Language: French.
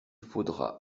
faudra